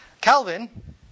Calvin